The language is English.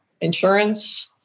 insurance